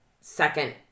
second